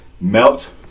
Melt